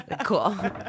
cool